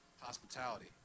hospitality